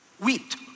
wheat